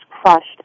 crushed